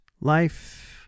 life